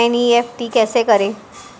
NEFT कैसे करें?